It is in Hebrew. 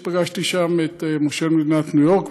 ופגשתי שם את מושל מדינת ניו יורק,